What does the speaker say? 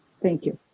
thank you.